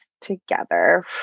together